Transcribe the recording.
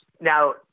Now